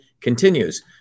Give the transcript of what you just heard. Continues